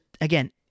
again